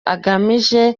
agamije